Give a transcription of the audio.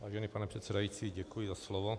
Vážený pane předsedající, děkuji za slovo.